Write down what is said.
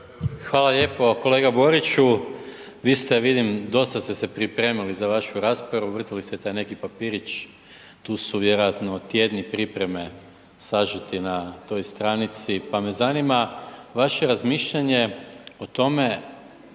Hvala lijepo. Kolega Boriću, vi ste vidim, dosta ste se pripremali za vašu raspravu, vrtili ste taj neki papirić, tu su vjerojatno tjedni pripreme sažeti na toj stranici pa me zanima vaše razmišljanje o tome,